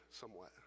somewhat